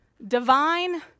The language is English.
divine